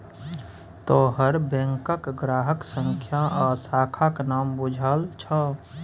तोहर बैंकक ग्राहक संख्या आ शाखाक नाम बुझल छौ